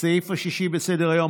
הסעיף השישי בסדר-היום,